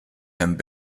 and